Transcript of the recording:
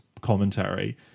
commentary